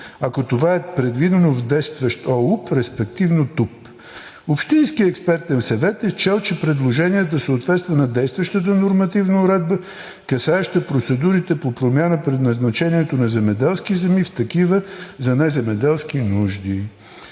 ако това е предвидено в действащ ОУП, респективно ТУП. Общинският експертен съвет е счел, че предложението съответства на действащата нормативна уредба, касаеща процедурите по промяна предназначението на земеделски земи в такива за неземеделски нужди.